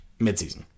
midseason